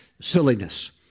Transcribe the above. silliness